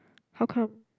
how come